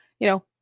you know,